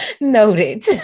Noted